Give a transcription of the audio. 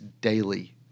daily